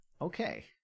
Okay